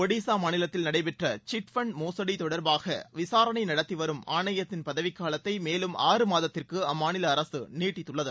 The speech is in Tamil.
ஒடிசா மாநிலத்தில் நடைபெற்ற சிட் பண்டு மோசுடி தொடர்பாக விசாரணை நடத்தி வரும் ஆணையத்தின் பதவிக்காலத்தை மேலும் ஆறு மாதத்திற்கு அம்மாநில அரசு நீடித்துள்ளது